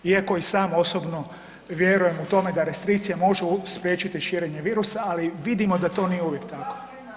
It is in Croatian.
Iako i sam osobno vjerujem u to da restrikcija može spriječiti širenje virusa, ali vidimo da to nije uvijek tako.